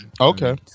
okay